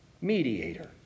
mediator